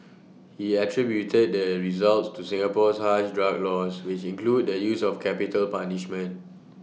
he attributed these results to Singapore's harsh drug laws which include the use of capital punishment